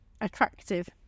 attractive